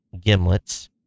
gimlets